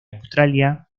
australia